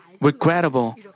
regrettable